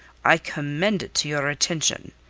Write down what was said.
i commend it to your attention.